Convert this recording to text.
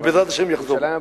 ובעזרת השם יחזורו,